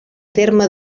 terme